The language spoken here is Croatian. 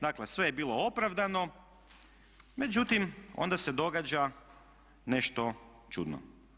Dakle, sve je bilo opravdano međutim onda se događa nešto čudno.